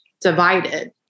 divided